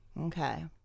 Okay